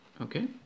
Okay